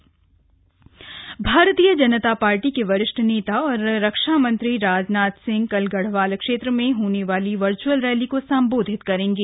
Bhajpa virtual rally Bharatiya Janata party के वरिष्ठ नेता और रक्षा मंत्री राजनाथ सिंह कल गढ़वाल क्षेत्र में होने वाली वर्चुअल रैली को संबोधित करेगें